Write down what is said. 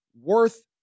Worth